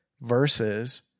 versus